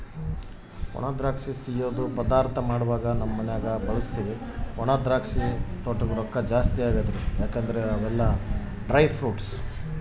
ಒಣದ್ರಾಕ್ಷಿನ ಸಿಯ್ಯುದ್ ಪದಾರ್ಥ ಮಾಡ್ವಾಗ ನಮ್ ಮನ್ಯಗ ಬಳುಸ್ತೀವಿ ಒಣದ್ರಾಕ್ಷಿ ತೊಟೂಗ್ ರೊಕ್ಕ ಜಾಸ್ತಿ